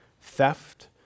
theft